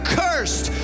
cursed